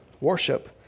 worship